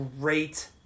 great